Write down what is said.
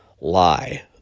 Lie